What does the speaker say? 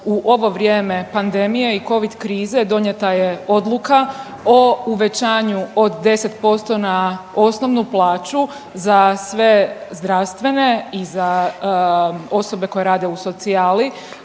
U ovo vrijeme pandemije i covid krize donijeta je odluka o uvećanju od 10% na osnovnu plaću za sve zdravstvene i za osobe koje rade u socijali